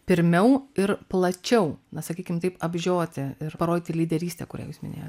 pirmiau ir plačiau na sakykim taip apžioti ir parodyti lyderystę kurią jūs minėjot